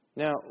Now